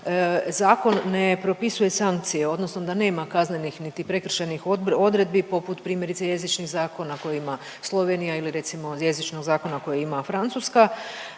zakon ne propisuje sankcije, odnosno da nema kaznenih niti prekršajnih odredbi, poput primjerice, jezičnih zakona koje ima Slovenija ili, recimo, jezičnog zakona koje ima Francuska.